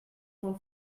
pel